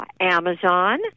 Amazon